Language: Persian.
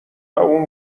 اون